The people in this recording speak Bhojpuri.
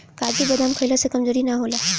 काजू बदाम खइला से कमज़ोरी ना होला